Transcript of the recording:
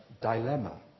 dilemma